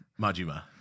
Majima